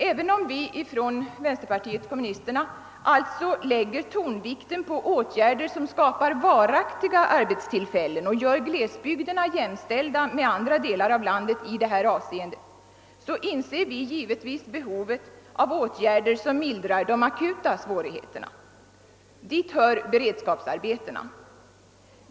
även om vi inom vänsterpartiet kommunisterna alltså lägger tonvikten vid åtgärder som skapar varaktiga arbetstillfällen och gör att glesbygderna jämställs med andra delar av landet i dessa avseenden, inser vi givetvis behovet av åtgärder som lindrar de akuta svårigheterna. Dit hör beredskapsarbetena.